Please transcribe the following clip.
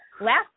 Last